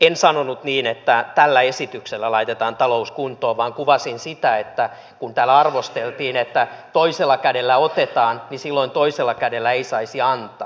en sanonut niin että tällä esityksellä laitetaan talous kuntoon vaan kuvasin sitä kun täällä arvosteltiin että kun toisella kädellä otetaan niin silloin toisella kädellä ei saisi antaa